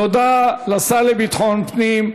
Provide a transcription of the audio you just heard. תודה לשר לביטחון פנים,